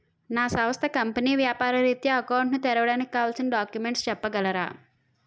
నా సంస్థ కంపెనీ వ్యాపార రిత్య అకౌంట్ ను తెరవడానికి కావాల్సిన డాక్యుమెంట్స్ చెప్పగలరా?